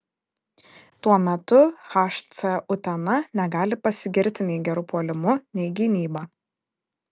tuo metu hc utena negali pasigirti nei geru puolimu nei gynyba